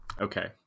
Okay